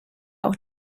auch